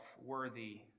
worthy